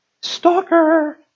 Stalker